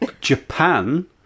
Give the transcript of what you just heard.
Japan